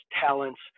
talents